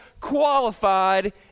qualified